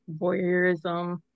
voyeurism